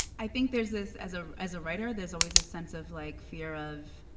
i think there's this as ah as a writer, there's always a sense of like fear of